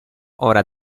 ora